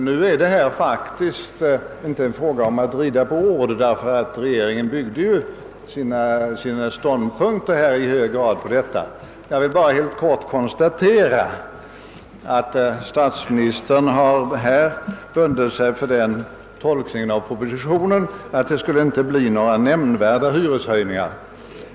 Nu är det härvidlag faktiskt inte fråga om att rida på ord, ty regeringen byggde ju — enligt utsago — i hög grad sin ståndpunkt på dessa saker. Jag vill bara helt kort konstatera, att statsmi nistern bundit sig för den tolkningen av propositionen, att det inte skulle bli några nämnvärda hyreshöjningar.